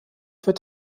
wird